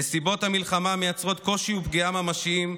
נסיבות המלחמה מייצרות קושי ופגיעה ממשיים,